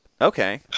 Okay